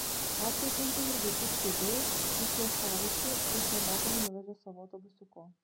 ačiū ūkininkui virgučiui cibui iš juostaviečių jis nemokamai nuvežė savo autobusiuku